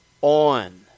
on